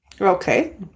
Okay